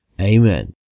Amen